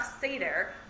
Seder